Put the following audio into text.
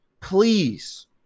Please